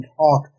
talk